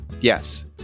Yes